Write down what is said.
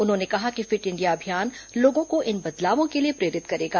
उन्होंने कहा कि फिट इंडिया अभियान लोगों को इन बदलावों के लिए प्रेरित करेगा